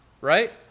right